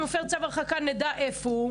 אם הוא מפר צו הרחקה אנחנו נדע איפה הוא,